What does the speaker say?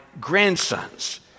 grandsons